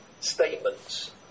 statements